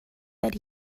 that